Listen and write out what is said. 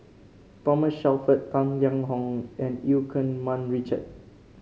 Thomas Shelford Tang Liang Hong and Eu Keng Mun Richard